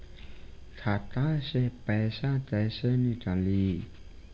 खाता से पैसा कैसे नीकली?